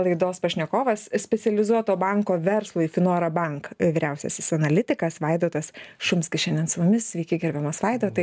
laidos pašnekovas specializuoto banko verslui finora bank vyriausiasis analitikas vaidotas šumskis šiandien su mumis sveiki gerbiamas vaidotai